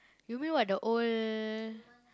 you mean what the old